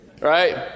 right